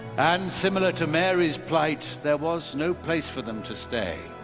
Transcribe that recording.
and similar to mary's plight, there was no place for them to stay.